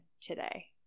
today